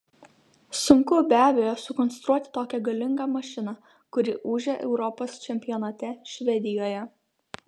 sunku be abejo sukonstruoti tokią galingą mašiną kuri ūžė europos čempionate švedijoje